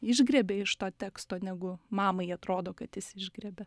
išgriebia iš to teksto negu mamai atrodo kad jis išgriebia